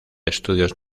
estudios